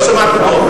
לא שמעתי טוב.